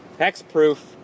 Hexproof